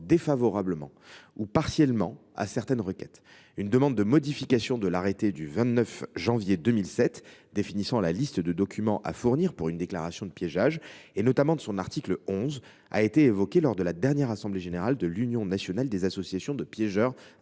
défavorablement ou partiellement à certaines requêtes. Une demande de modification de l’arrêté du 29 janvier 2007 définissant la liste de documents à fournir pour une déclaration de piégeage, et notamment de son article 11, a été évoquée lors de la dernière assemblée générale de l’Union nationale des associations de piégeurs